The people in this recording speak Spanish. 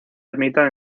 ermita